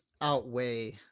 outweigh